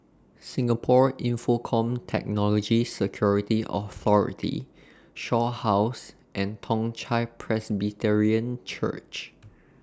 Singapore Infocomm Technology Security Authority Shaw House and Toong Chai Presbyterian Church